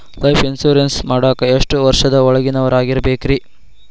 Life insurance ಮಾಡಾಕ ಎಷ್ಟು ವರ್ಷದ ಒಳಗಿನವರಾಗಿರಬೇಕ್ರಿ?